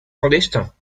clandestins